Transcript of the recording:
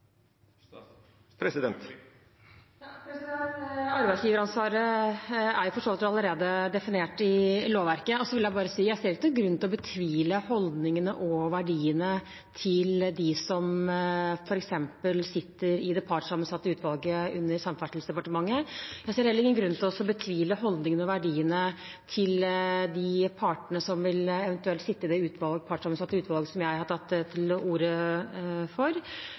Arbeidsgiveransvaret er for så vidt allerede definert i lovverket. Jeg vil bare si at jeg ikke ser noen grunn til å betvile holdningene og verdiene til dem som f.eks. sitter i det partssammensatte utvalget under Samferdselsdepartementet. Jeg ser heller ingen grunn til å betvile holdningene og verdiene til de partene som eventuelt vil sitte i det partssammensatte utvalget som jeg har tatt til orde for.